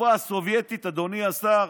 שבתקופה הסובייטית, אדוני השר,